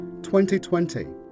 2020